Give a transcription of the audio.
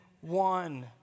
one